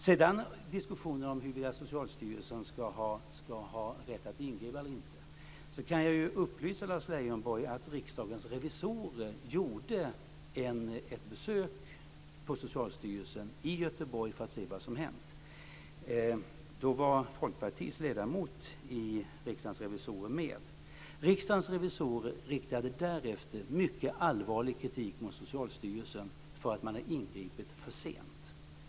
Sedan har vi diskussionen om huruvida Socialstyrelsen ska ha rätt att ingripa eller inte. Jag kan upplysa Lars Leijonborg om att Riksdagens revisorer gjorde ett besök på Socialstyrelsen i Göteborg för att se vad som hänt. Då var Folkpartiets ledamot i Riksdagens revisorer med. Riksdagens revisorer riktade därefter mycket allvarlig kritik mot Socialstyrelsen för att man hade ingripit för sent.